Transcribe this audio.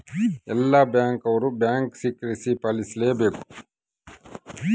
ಎಲ್ಲ ಬ್ಯಾಂಕ್ ಅವ್ರು bank secrecy ಪಾಲಿಸಲೇ ಬೇಕ